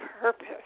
purpose